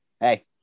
hey